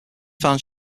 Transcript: found